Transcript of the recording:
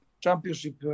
championship